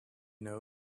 know